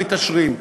מתעשרים.